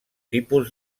tipus